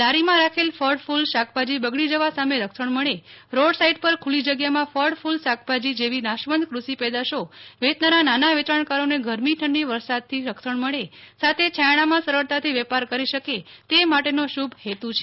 લારીમાં રાખેલ ફળ ફુલશાકભાજી બગડી જવા સામે રક્ષણ મળે રોડ સાઈટ પર ખુ લ્લી જગ્યામાં ફળકૂલ શાકભાજી જેવી નાશવંત કૃષિ પેદાશો વેચનારા નાના વેચાણકારોને ગરમી ઠંડી વરસાદ થી રક્ષણ મળે સાથે છાયડામાં સરળતાથી વેપાર કરી શકે તે માટેનો શુ ભ હેતુ છે